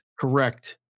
Correct